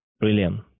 Brilliant